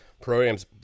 programs